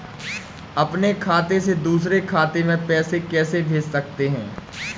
अपने खाते से दूसरे खाते में पैसे कैसे भेज सकते हैं?